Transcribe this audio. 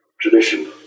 tradition